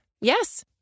Yes